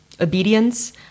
obedience